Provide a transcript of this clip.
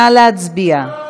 נא להצביע.